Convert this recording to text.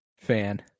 fan